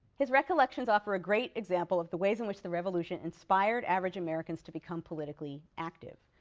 his recollections offer a great example of the ways in which the revolution inspired average americans to become politically active.